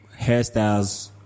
hairstyles